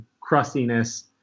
crustiness